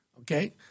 Okay